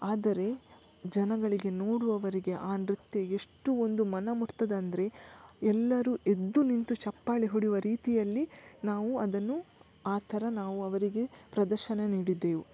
ಆದರೆ ಜನಗಳಿಗೆ ನೋಡುವವರಿಗೆ ಆ ನೃತ್ಯ ಎಷ್ಟು ಒಂದು ಮನ ಮುಟ್ತದಂದರೆ ಎಲ್ಲರೂ ಎದ್ದು ನಿಂತು ಚಪ್ಪಾಳೆ ಹೊಡೆಯುವ ರೀತಿಯಲ್ಲಿ ನಾವು ಅದನ್ನು ಆ ಥರ ನಾವು ಅವರಿಗೆ ಪ್ರದರ್ಶನ ನೀಡಿದ್ದೆವು